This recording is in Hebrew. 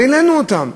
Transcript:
והעלינו אותם.